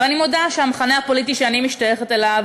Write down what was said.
ואני מודה שהמחנה הפוליטי שאני משתייכת אליו,